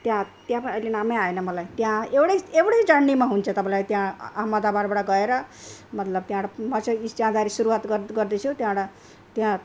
त्यहाँ त्यहाँ पनि अहिले नामै आएन मलाई त्यहाँ एउटै एउटै जर्नीमा हुन्छ तपाईँलाई त्यहाँ अहमदाबादबाट गएर मतलब त्यहाँबाट म चाहिँ जाँदाखेरि सुरुवात गर्दैछु त्यहाँबाट